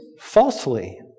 falsely